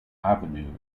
avenue